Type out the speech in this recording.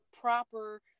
proper